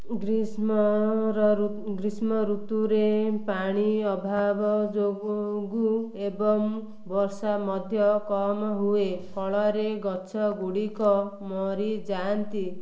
ଗ୍ରୀଷ୍ମର ଗ୍ରୀଷ୍ମ ଋତୁରେ ପାଣି ଅଭାବ ଯୋଗୁ ଏବଂ ବର୍ଷା ମଧ୍ୟ କମ୍ ହୁଏ ଫଳରେ ଗଛଗୁଡ଼ିକ ମରିଯାଆନ୍ତି